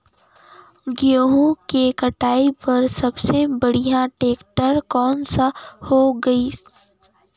गहूं के कटाई पर सबले बढ़िया टेक्टर कोन सा होही ग?